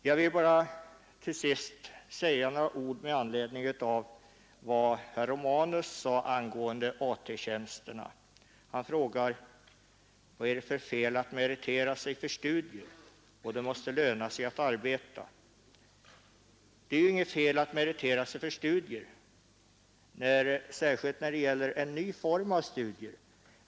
Jag vill till sist säga några ord med anledning av vad herr Romanus sade angående AT-tjänsterna. Han frågade vad det är för fel att meritera sig för studier och betonade att det måste löna sig att arbeta. Nej, det är inte något fel att meritera sig för studier, särskilt när det gäller en ny form av studier.